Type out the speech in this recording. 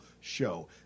show